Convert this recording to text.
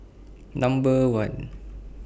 Number one